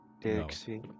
Dixie